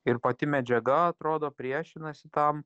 ir pati medžiaga atrodo priešinasi tam